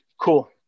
cool